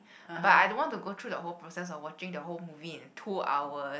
but I don't want to go through the whole process of watching the whole movie in two hours